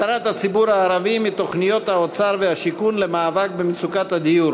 הדרת הציבור הערבי מתוכניות האוצר והשיכון למאבק במצוקת הדיור.